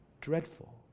Dreadful